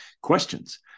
questions